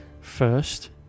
first